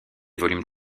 volumes